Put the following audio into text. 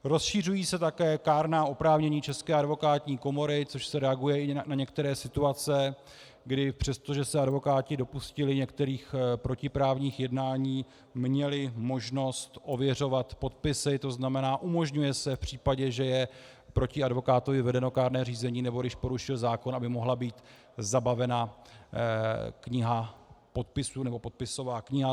Rozšiřují se také kárná oprávnění České advokátní komory, čímž se reaguje na některé situace, kdy přestože se advokáti dopustili některých protiprávních jednání, měli možnost ověřovat podpisy, to znamená, umožňuje se v případě, že je proti advokátovi vedeno kárné řízení nebo když porušil zákon, aby mohla být zabavena kniha podpisů, nebo podpisová kniha.